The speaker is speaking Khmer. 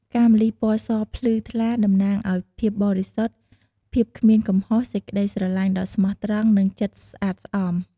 ផ្កាម្លិះពណ៌សភ្លឺថ្លាតំណាងឱ្យ ភាពបរិសុទ្ធ ភាពគ្មានកំហុស សេចក្តីស្រឡាញ់ដ៏ស្មោះត្រង់ និងចិត្តស្អាតស្អំ។